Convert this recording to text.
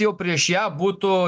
jau prieš ją būtų